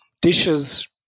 dishes